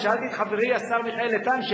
שאלתי את חברי השר מיכאל איתן,